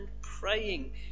praying